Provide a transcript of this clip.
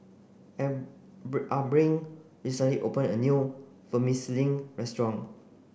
Abrin recently opened a new Vermicelli restaurant